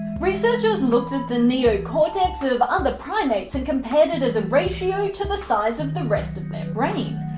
researchers looked at the neocortex of other primates, and compared it as a ratio to the size of the rest of their brain,